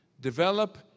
develop